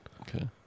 okay